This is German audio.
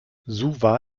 suva